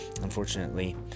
unfortunately